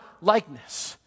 likeness